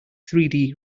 three